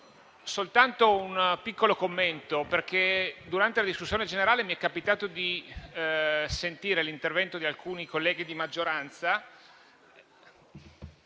Soltanto un piccolo commento: durante la discussione generale mi è capitato di sentire l'intervento di alcuni colleghi di maggioranza